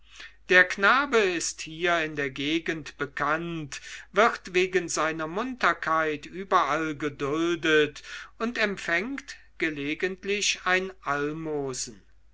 der knabe ist hier in der gegend bekannt wird wegen seiner munterkeit überall geduldet und empfängt gelegentlich ein almosen